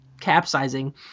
capsizing